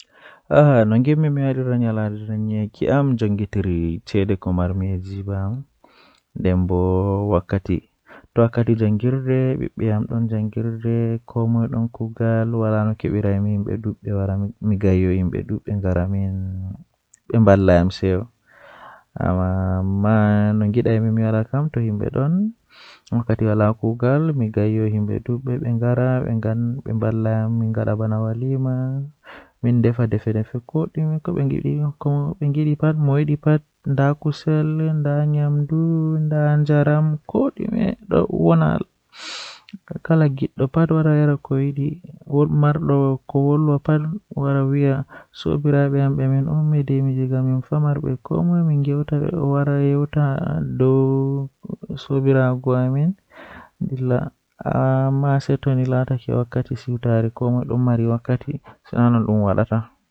Saare jei mi burdaa yiduki janjum woni saare manga jei woni haa apatmenji mallaa mi wiya cudi-cudi duddi haander bana guda noogas ngam mi yidi min be bandiraabe am pat min wona haa nder kala komoi fuu don wondi be iyaalu mum haa nder saare man.